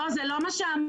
לא, זה לא מה שאמרתי.